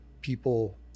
people